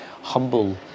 humble